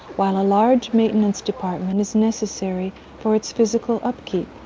while a large maintenance department is necessary for its physical upkeep.